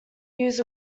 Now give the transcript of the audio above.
used